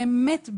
באמת.